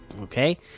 Okay